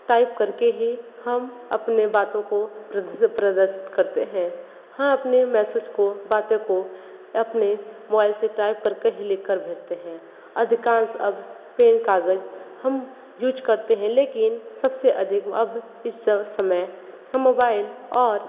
type करके ही हम अपने बातों को प्रदर्श प्रदर्शित करते हैं हाँ अपने मेसेज को बातों को अपने मोबाइल से टाइप करके ही लिख कर भेजते हैं अधिकांश अब पेन कागज़ हम यूज़ करते हैं लेकिन सबसे अधिक अब इस समय हम मोबाइल और